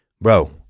bro